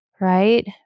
right